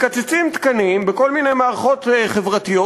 מקצצים תקנים בכל מיני מערכות חברתיות